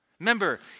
Remember